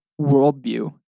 worldview